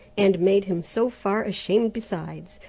and made him so far ashamed besides,